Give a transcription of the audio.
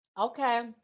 Okay